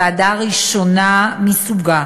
ועדה ראשונה מסוגה,